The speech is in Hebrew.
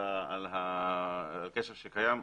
על הקשר שקיים,